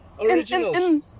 originals